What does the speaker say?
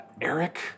Eric